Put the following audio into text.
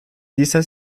dieser